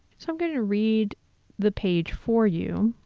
so i'm going to read the page for you,